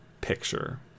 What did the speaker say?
Picture